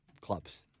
clubs